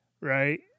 right